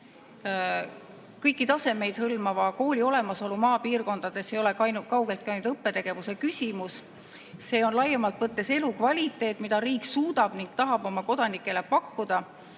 kõiki tasemeid hõlmava kooli olemasolu maapiirkondades ei ole kaugeltki ainult õppetegevuse küsimus, see on laiemalt võttes elukvaliteedi [küsimus], mida riik suudab ning tahab oma kodanikele pakkuda,